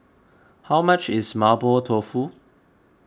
how much is Mapo Tofu